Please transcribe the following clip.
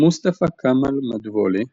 מוסטפא כמאל מדבולי